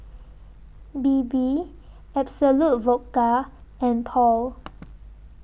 Bebe Absolut Vodka and Paul